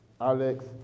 Alex